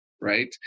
right